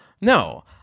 No